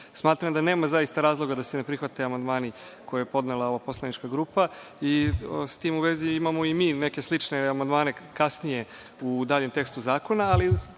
Smatram da nema zaista razloga da se ne prihvate amandmani koje je podnela ova poslanička grupa.S tim u vezi imamo i mi neke slične amandmane kasnije u daljem tekstu zakona. Ali,